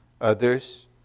Others